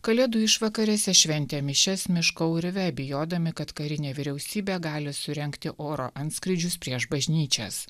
kalėdų išvakarėse šventė mišias miško urve bijodami kad karinė vyriausybė gali surengti oro antskrydžius prieš bažnyčias